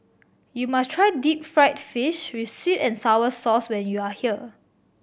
you must try deep fried fish with sweet and sour sauce when you are here